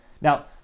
now